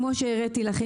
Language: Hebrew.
כמו שהראיתי לכם,